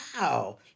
wow